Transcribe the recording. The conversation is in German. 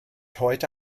heute